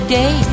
day